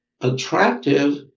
attractive